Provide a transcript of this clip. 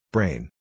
Brain